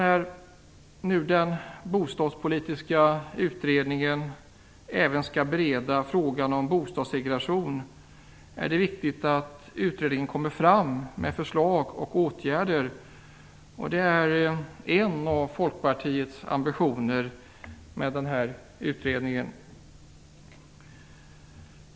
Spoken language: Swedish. När den bostadspolitiska utredningen även skall bereda frågan om bostadssegregation är det viktigt att utredningen kommer fram till förslag om åtgärder. Det är en av Folkpartiets ambitioner med utredningen.